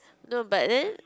no but then